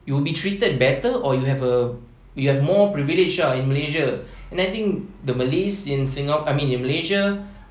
you will be treated better or you have a you have more privilege in malaysia and I think the malays in singa~ I mean in malaysia